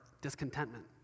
discontentment